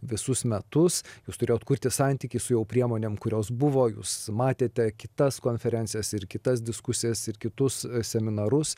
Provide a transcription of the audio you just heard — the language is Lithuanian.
visus metus jūs turėjot kurti santykį su jau priemonėm kurios buvo jūs matėte kitas konferencijas ir kitas diskusijas ir kitus seminarus